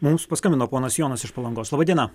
mums paskambino ponas jonas iš palangos laba diena